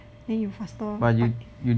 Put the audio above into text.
then you faster bite